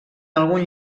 algun